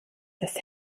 das